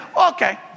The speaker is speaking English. okay